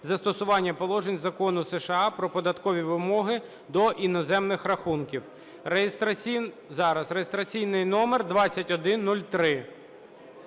застосування положень Закону США "Про податкові вимоги до іноземних рахунків" (реєстраційний номер 2103).